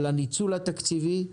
על הניצול התקציבי.